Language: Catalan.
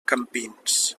campins